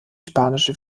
spanische